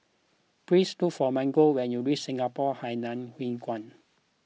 please look for Margot when you reach Singapore Hainan Hwee Kuan